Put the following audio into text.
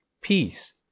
peace